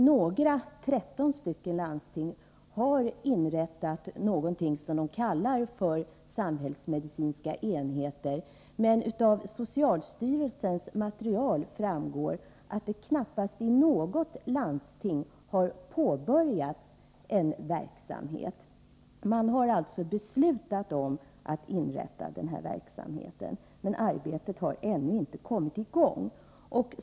Några landsting, 13 stycken, har inrättat någonting som de kallar samhällsmedicinska enheter, men av socialstyrelsens material framgår att det knappast i något landsting har påbörjats en verksamhet. Man har alltså beslutat om att inrätta den här verksamheten, men arbetet har ännu inte kommit i gång.